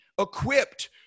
equipped